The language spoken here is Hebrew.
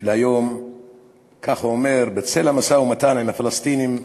של היום אומר ככה: בצל המשא-ומתן עם הפלסטינים,